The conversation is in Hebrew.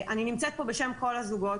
אני נמצאת כאן בשם כל הזוגות.